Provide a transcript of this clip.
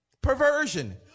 perversion